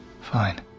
Fine